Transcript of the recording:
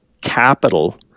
capital